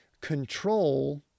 control